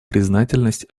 признательность